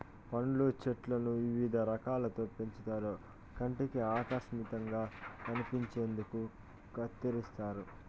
పండ్ల చెట్లను వివిధ ఆకారాలలో పెంచుతారు కంటికి ఆకర్శనీయంగా కనిపించేందుకు కత్తిరిస్తారు